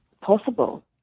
possible